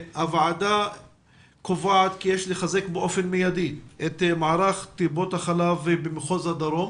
הוועדה קובעת כי יש לחזק באופן מיידי את מערך טיפות החלב במחוז הדרום